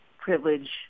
privilege